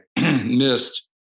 Missed